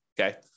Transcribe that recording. okay